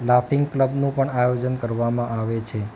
laughing ક્લબનું પણ આયોજન કરવામાં આવે છે